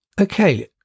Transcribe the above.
Okay